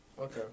Okay